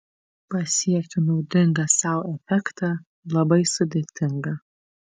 pasiekti naudingą sau efektą labai sudėtinga